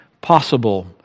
possible